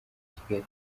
kigali